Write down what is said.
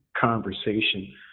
conversation